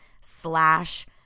slash